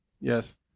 Yes